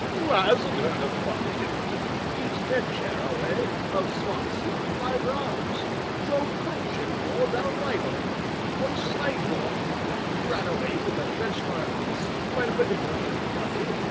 who hasn't heard of buck vibart beat ted jarraway of swansea in five rounds drove coach and four down whitehall on sidewalk ran away with a french marquise while but a boy of twenty,